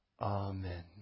Amen